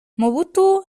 mobutu